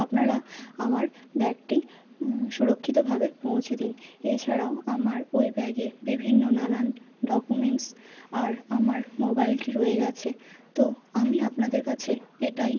আপনারা আমার ব্যাগটি সুরক্ষিতভাবে পৌঁছে দিন এছাড়াও আমার ওই ব্যাগে বিভিন্ন নানান ডকুমেন্টস আর আমার মোবাইলটি রয়ে গিয়েছে তো আমি আপনাদের কাছে এটাই